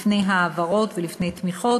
לפני העברות ולפני תמיכות.